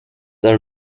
are